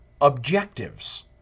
objectives